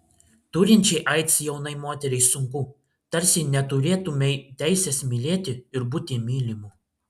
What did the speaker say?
turinčiai aids jaunai moteriai sunku tarsi neturėtumei teisės mylėti ir būti mylimu